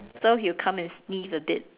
so he'll come and sniff a bit